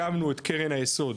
הקמנו את קרן היסוד